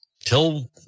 till